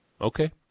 Okay